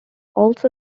also